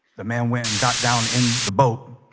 the man went and got down in the boat